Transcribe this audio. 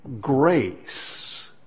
grace